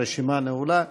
הרשימה נעולה.